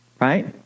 right